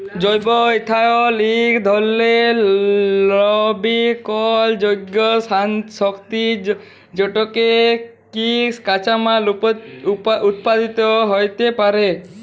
জৈব ইথালল ইক ধরলের লবিকরলযোগ্য শক্তি যেটকে কিসিজ কাঁচামাললে উৎপাদিত হ্যইতে পারে